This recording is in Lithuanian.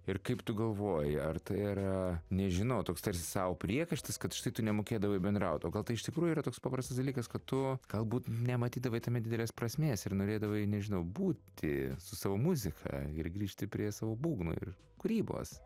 ir kaip tu galvoji ar tai yra nežinau toks tarsi sau priekaištas kad štai tu nemokėdavai bendraut o gal tai iš tikrųjų yra toks paprastas dalykas kad tu galbūt nematydavai tame didelės prasmės ir norėdavai nežinau būti su savo muzika ir grįžti prie savo būgno ir kūrybos